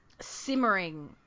simmering